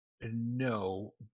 No